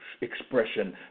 expression